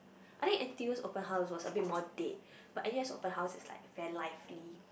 I think N_T_U open house was a bit more dead but N_U_S open house is like very lively